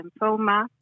lymphoma